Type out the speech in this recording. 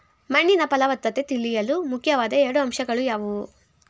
ಮಣ್ಣಿನ ಫಲವತ್ತತೆ ತಿಳಿಯಲು ಮುಖ್ಯವಾದ ಎರಡು ಅಂಶಗಳು ಯಾವುವು?